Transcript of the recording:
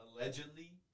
allegedly